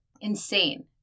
Insane